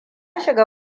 shiga